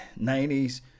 90s